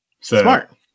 Smart